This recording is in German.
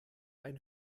ein